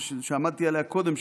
שעמדתי עליה קודם,